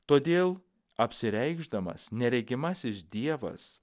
todėl apsireikšdamas neregimasis dievas